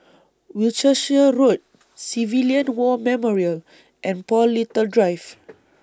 Wiltshire Road Civilian War Memorial and Paul Little Drive